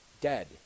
dead